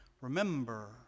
Remember